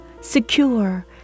secure